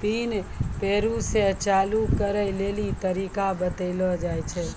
pin फेरु से चालू करै लेली तरीका बतैलो जाय छै